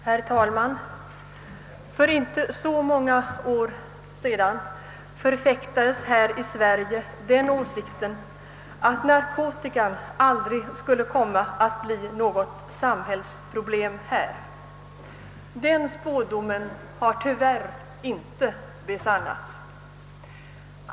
Herr talman! För inte så många år sedan förfäktades här i Sverige den åsikten att narkotikan aldrig skulle komma att bli något samhällsproblem här. Den spådomen har tyvärr inte besannats.